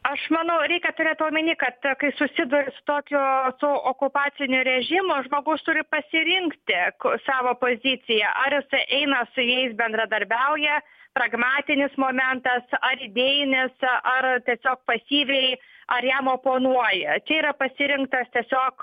aš manau reikia turėt omeny kad kai susiduri su tokiu su okupaciniu režimu žmogus turi pasirinkti savo poziciją ar jisai eina su jais bendradarbiauja pragmatinis momentas ar idėjinis ar tiesiog pasyviai ar jam oponuoja čia yra pasirinktas tiesiog